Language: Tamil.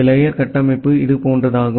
இந்த லேயர் கட்டமைப்பு இது போன்றது